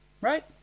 right